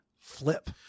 Flip